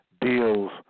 deals